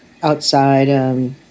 Outside